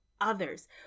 others